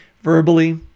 Verbally